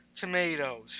tomatoes